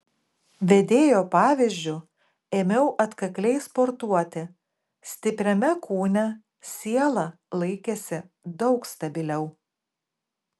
vedėjo pavyzdžiu ėmiau atkakliai sportuoti stipriame kūne siela laikėsi daug stabiliau